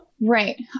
Right